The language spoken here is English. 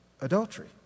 Adultery